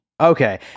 Okay